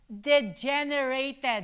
degenerated